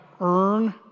earn